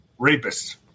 rapists